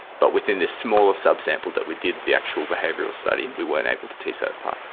but within this smaller subsample that we did, the actual behavioural study, we weren't able to tease that apart.